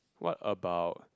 what about